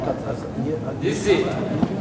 נסים.